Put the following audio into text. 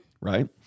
right